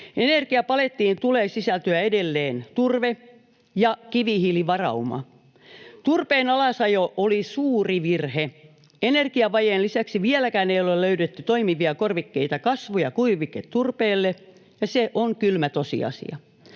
Energiapalettiin tulee sisältyä edelleen turve ja kivihiilivarauma. Turpeen alasajo oli suuri virhe. Energiavajeen lisäksi vieläkään ei ole löydetty toimivia korvikkeita kasvu- ja kuiviketurpeelle, se on kylmä tosiasia.